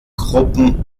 gruppen